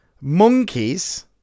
monkeys